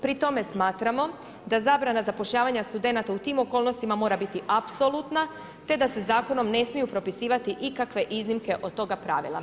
Pri tome smatramo da zabrana zapošljavanja studenata u tim okolnostima mora biti apsolutna te da se zakonom ne smiju propisivati ikakve iznimke od toga pravila.